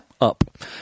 up